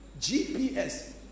gps